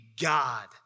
God